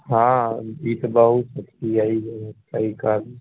हाँ ई तऽ बहुत सही कहलियै